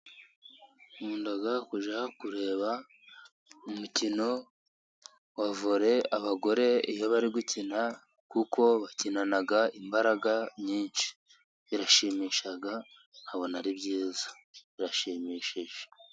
Nkunda kujya kureba umukino wa vole . Abagore iyo bari gukina kuko bakinana imbaraga nyinshi birashimisha, nkabona ari byiza ,birashimishije.